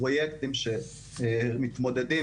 פרויקטים שמתמודדים.